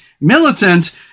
militant